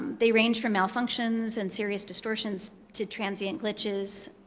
they range from malfunctions and serious distortions to transient glitches.